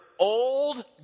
old